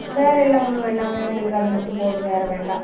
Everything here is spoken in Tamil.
வேறெல்லாம் ஒன்றும் வேண்டாங்க எங்களுக்கு அது மட்டும் போதும் வேறு வேண்டாம்